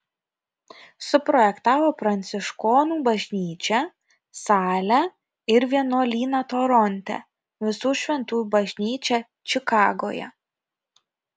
suprojektavo pranciškonų bažnyčią salę ir vienuolyną toronte visų šventųjų bažnyčią čikagoje